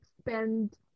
spend